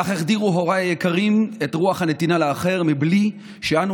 כך החדירו הוריי היקרים את רוח הנתינה לאחר מבלי שאנו,